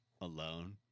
alone